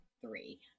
three